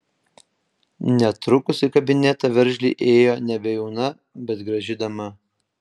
netrukus į kabinetą veržliai įėjo nebejauna bet graži dama